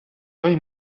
той